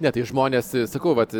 ne tai žmonės sakau vat